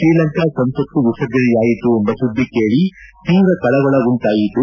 ಶ್ರೀಲಂಕಾ ಸಂಸತ್ತು ವಿಸರ್ಜನೆಯಾಯಿತು ಎಂಬ ಸುದ್ದಿ ಕೇಳಿ ತೀವ್ರ ಕಳವಳ ಉಂಟಾಯಿತು